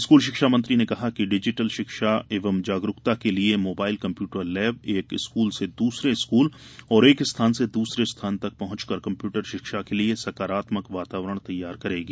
school शिक्षा मंत्री ने कहा कि डिजिटल शिक्षा एवं जागरूकता के लिये मोबाइल कम्प्यूटर लैब एक स्कूल से दूसरे स्कूल और एक स्थान से दूसरे स्थान पर पहुँचकर कम्प्यूटर शिक्षा के लिये सकारात्मक वातावरण तैयार करेगी